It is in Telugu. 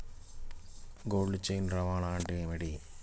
కోల్డ్ చైన్ రవాణా అంటే ఏమిటీ?